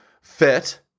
fit